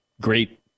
great